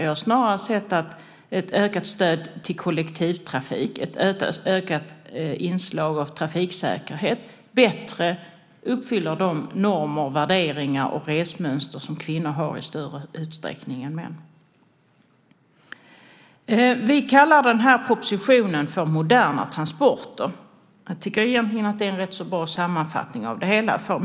Jag har snarare sett att ett ökat stöd till kollektivtrafik och ett ökat inslag av trafiksäkerhet bättre uppfyller de normer, värderingar och resmönster som kvinnor har i större utsträckning än män. Vi kallar den här propositionen Moderna transporter . Jag tycker egentligen att det är en rätt bra sammanfattning av det hela.